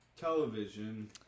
Television